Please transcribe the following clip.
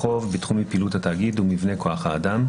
בחוב, בתחומי פעילות התאגיד ומבנה כוח האדם.